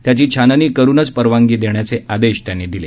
त्याची छाननी करुनच परवानगी देण्याचे आदेश त्यांनी दिले